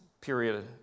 period